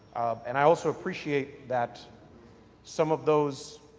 and i also appreciate that some of those,